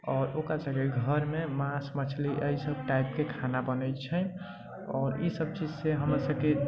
आओर ओकरा सभके घरमे माँस मछली अइ सभ टाइपके खाना बनै छै आओर ई सभ चीजसँ हमरा सभके